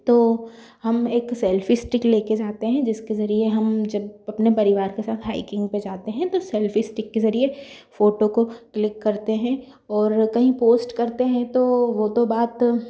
तो हम एक सेल्फ़ी स्टिक ले के जाते हैं जिसके ज़रिए हम जब अपने परिवार के साथ हाइकिंग पर जाते हैं तो सेल्फ़ी स्टिक के ज़रिए फोटो को क्लिक करते हैं और कहीं पोस्ट करते हैं तो वो तो बात